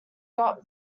got